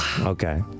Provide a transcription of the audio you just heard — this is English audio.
Okay